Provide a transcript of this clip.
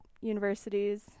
universities